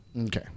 Okay